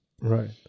right